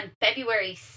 February